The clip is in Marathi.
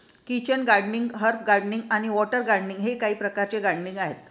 किचन गार्डनिंग, हर्ब गार्डनिंग आणि वॉटर गार्डनिंग हे काही प्रकारचे गार्डनिंग आहेत